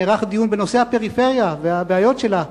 נערך דיון בנושא הפריפריה והבעיות שלה.